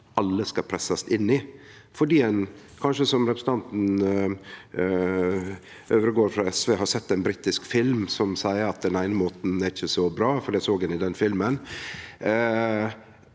alle skal pressast inn i fordi ein kanskje, som representanten Øvstegård frå SV, har sett ein britisk film og seier at den eine måten ikkje er så bra, for det såg ein i den filmen,